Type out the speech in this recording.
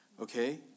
Okay